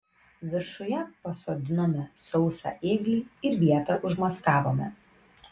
viršuje pasodinome sausą ėglį ir vietą užmaskavome